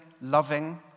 loving